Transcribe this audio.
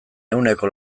ehuneko